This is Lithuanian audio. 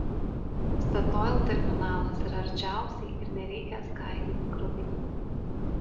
statoil terminalas yra arčiausiai ir nereikia skaidyti krovinių